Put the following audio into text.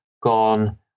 gone